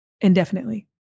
indefinitely